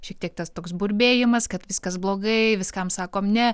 šiek tiek tas toks burbėjimas kad viskas blogai viskam sakom ne